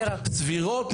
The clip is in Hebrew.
סבירות,